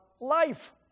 life